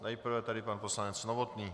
Nejprve tedy pan poslanec Novotný.